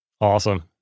Awesome